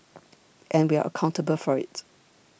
and we are accountable for it